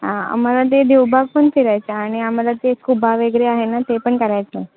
आम्हाला ते देवबाग पण फिरायचं आणि आम्हाला ते स्कुबा वगैरे आहे ना ते पण करायचं